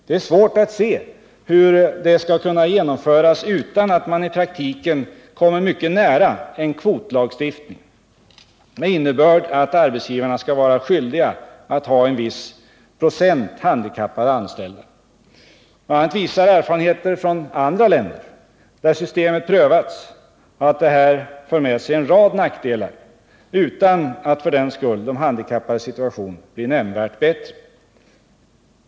Det är svårt att se hur detta förslag skulle kunna genomföras utan att man i praktiken kommer mycket nära en kvotlagstiftning med innebörd att arbetsgivarna skall vara skyldiga att ha en viss procent handikappade anställda. Vissa erfarenheter från andra länder, där systemet har prövats, visar att det för med sig en rad nackdelar utan att för den skull de handikappades situation blir nämnvärt bättre.